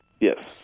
Yes